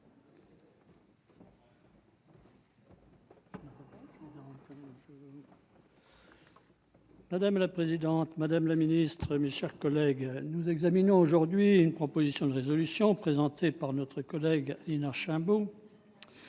Madame la présidente, madame la secrétaire d'État, mes chers collègues, nous examinons aujourd'hui une proposition de résolution présentée par notre collègue Aline Archimbaud.